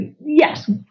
yes